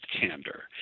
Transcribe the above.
candor